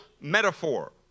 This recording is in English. metaphor